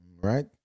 right